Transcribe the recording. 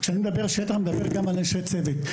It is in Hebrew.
כשאני מדבר שטח אני מדבר גם על אנשי צוות.